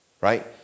Right